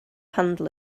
handle